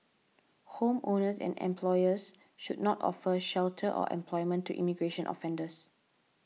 homeowners and employers should not offer shelter or employment to immigration offenders